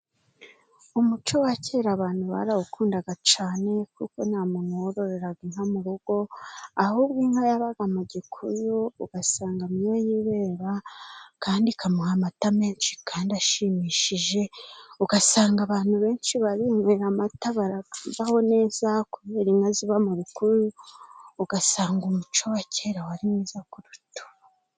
Umuco wa kera abantu barawukundaga cane, kuko nta muntu wororeraga inka mu rugo, ahubwo inka yabaga mu gikuyu ugasanga niho yibera, kandi ikamuha amata menshi kandi ashimishije. Ugasanga abantu benshi barinywera amata barabaho neza kubera inka ziba mu bikuyu. Ugasanga umuco wa kera wari mwiza kuruta ubu.